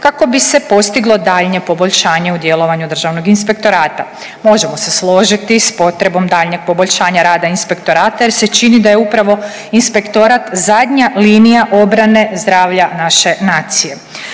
kako bi se postiglo daljnje poboljšanje u djelovanju državnog inspektorata. Možemo se složiti s potrebom daljnjeg poboljšanja rada inspektorata jer se čini da je upravo inspektorat zadnja linija obrane zdravlja naše nacije.